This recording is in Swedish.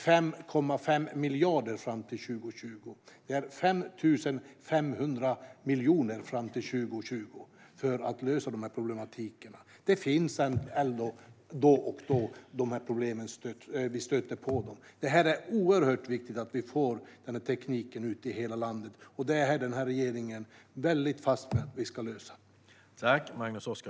Det handlar om 5,5 miljarder fram till 2020. Det är alltså 5 500 miljoner till 2020 för att lösa problematiken. Vi stöter dock på dessa problem då och då. Det är oerhört viktigt att vi får ut tekniken i hela landet. Det är denna regering fast besluten om att lösa.